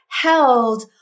held